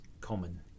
common